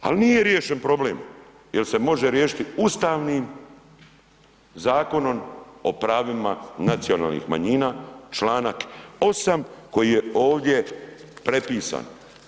Ali nije riješen problem jer se može riješiti Ustavnim zakonom o pravima nacionalnih manjina, članak 8. koji je ovdje prepisan.